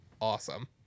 awesome